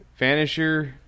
Vanisher